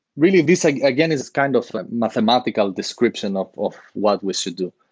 really, this like again is kind of mathematical description of what we should do.